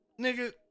nigga